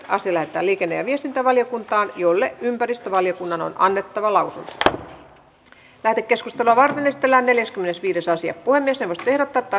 asia lähetetään liikenne ja viestintävaliokuntaan jolle ympäristövaliokunnan on annettava lausunto lähetekeskustelua varten esitellään päiväjärjestyksen neljäskymmenesviides asia puhemiesneuvosto ehdottaa että